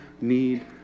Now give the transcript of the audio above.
need